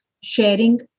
sharing